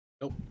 nope